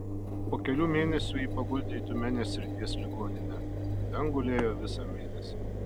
po kelių mėnesių jį paguldė į tiumenės srities ligoninę ten gulėjo visą mėnesį